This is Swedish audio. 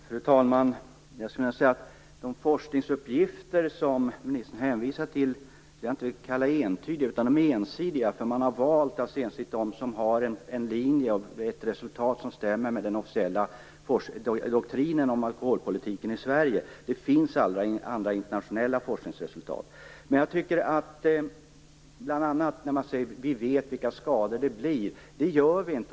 Fru talman! Jag skulle inte vilja kalla de forskningsuppgifter som ministern hänvisar till för entydiga utan ensidiga. Man har ensidigt valt dem som har en linje och ett resultat som stämmer med den officiella doktrinen om alkoholpolitiken i Sverige. Det finns andra internationella forskningsresultat. Man säger att vi vet vilka skador det blir, men det gör vi inte.